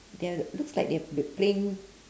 they're looks like they're pl~ playing